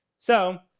so,